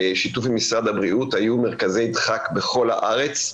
בשיתוף פעולה עם משרד הבריאות היו מרכזי דחק בכל הארץ,